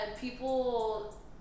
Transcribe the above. people